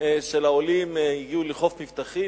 של העולים הגיעו לחוף מבטחים,